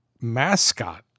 mascot